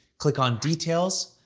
click on details,